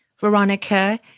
Veronica